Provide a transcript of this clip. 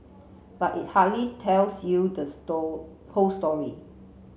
but it hardly tells you the store whole story